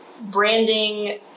branding